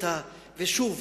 ושוב,